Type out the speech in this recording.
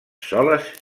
soles